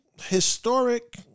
historic